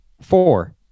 four